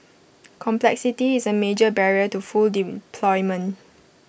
complexity is A major barrier to full deployment